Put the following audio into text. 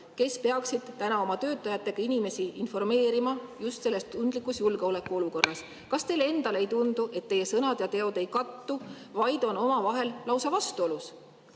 kes peaksid täna oma töötajatega inimesi informeerima just selles tundlikus julgeolekuolukorras. Kas teile endale ei tundu, et teie sõnad ja teod ei kattu, vaid on omavahel lausa vastuolus,